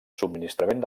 subministrament